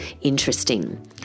interesting